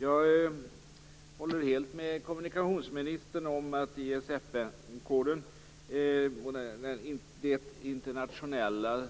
Jag håller helt med kommunikationsministern om att ISM-koden och det internationella